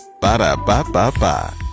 Ba-da-ba-ba-ba